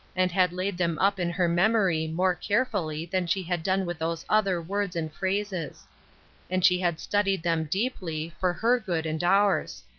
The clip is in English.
and had laid them up in her memory more carefully than she had done with those other words and phrases and she had studied them deeply, for her good and ours.